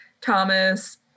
Thomas